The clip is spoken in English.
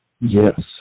Yes